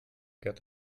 get